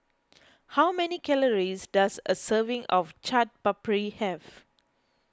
how many calories does a serving of Chaat Papri have